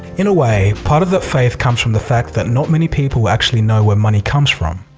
in a way, part of that faith comes from the fact that not many people actually know where money comes from.